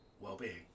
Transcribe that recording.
well-being